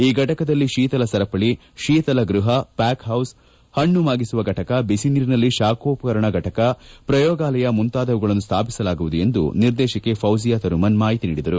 ಈ ಘಟಕದಲ್ಲಿ ಶೀತಲ ಸರಪಳಿ ಶೀತಲ ಗೃಹ ಪ್ಯಾಕ್ ಹೌಸ್ ಹಣ್ಣು ಮಾಗಿಸುವ ಘಟಕ ಬಿಸಿ ನೀರಿನಲ್ಲಿ ಶಾಖೋಪಕರಣ ಫಟಕ ಪ್ರಯೋಗಾಲಯ ಮುಂತಾದವುಗಳನ್ನು ಸ್ಥಾಪಿಸಲಾಗುವುದು ಎಂದು ನಿರ್ದೇಶಕಿ ಫೌಝೀಯಾ ತರುನ್ನುಮ್ ಮಾಹಿತಿ ನೀಡಿದರು